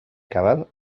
cabal